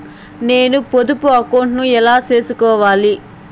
నేను పొదుపు అకౌంటు ను ఎలా సేసుకోవాలి?